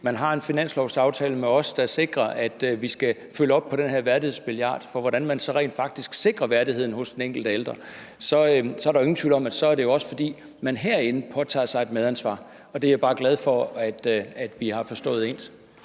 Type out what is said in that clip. man har en finanslovsaftale med os, der sikrer, at vi skal følge op på den her værdighedsmilliard, så værdigheden rent faktisk bliver sikret hos den enkelte ældre, er der ingen tvivl om, at det er, fordi man herinde påtager sig et medansvar. Og jeg er bare glad for, at vi har forstået det